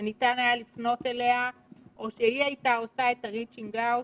שניתן היה לפנות אליה או שהיא הייתה עושה את הריצ'ינג אאוט